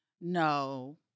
No